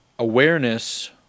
awareness